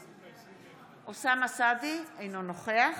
אוסאמה סעדי, אינו נוכח